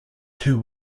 two